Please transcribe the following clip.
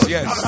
Yes